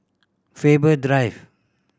Faber Drive